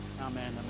Amen